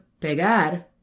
pegar